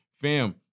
Fam